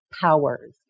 powers